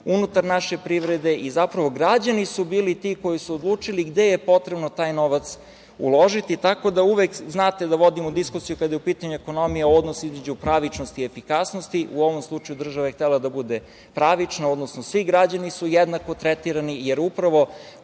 unutar naše privrede i zapravo građani su bili ti koji su odlučili gde je potrebno taj novac uložiti. Znate da uvek vodimo diskusiju kada je u pitanju ekonomija o odnosu između pravičnosti i efikasnosti. U ovom slučaju država je htela da bude pravična, odnosno svi građani su jednako tretirani, jer upravo